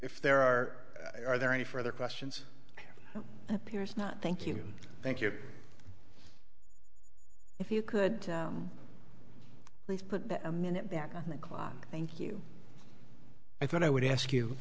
if there are are there any further questions appear is not thank you thank you if you could please put a minute back on the clock thank you i thought i would ask you